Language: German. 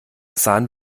sahen